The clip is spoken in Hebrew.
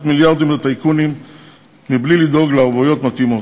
מיליארדים לטייקונים בלי לדאוג לערבויות מתאימות.